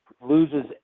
Loses